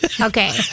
Okay